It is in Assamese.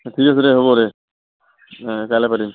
ঠিক আছে দে হ'ব দে কাইলৈ পাৰিম